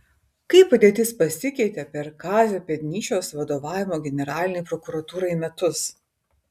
kaip padėtis pasikeitė per kazio pėdnyčios vadovavimo generalinei prokuratūrai metus